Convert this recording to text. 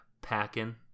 Packing